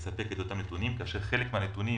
חלק מהנתונים